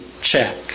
check